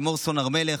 לימור סון הר מלך,